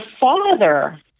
father